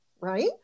right